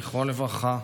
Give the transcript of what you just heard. זכרו לברכה,